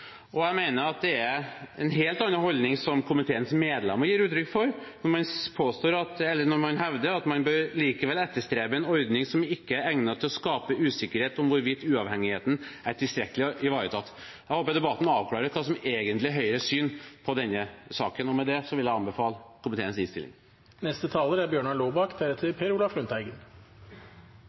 og jeg mener at det er en helt annen holdning komiteens medlemmer gir uttrykk for når man hevder at man likevel bør «etterstrebe en ordning som ikke er egnet til å skape usikkerhet om hvorvidt uavhengigheten er tilstrekkelig ivaretatt». Jeg håper debatten avklarer hva som egentlig er Høyres syn på denne saken. Med det vil jeg anbefale komiteens innstilling. Dette er